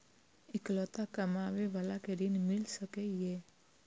इकलोता कमाबे बाला के ऋण मिल सके ये?